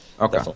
Okay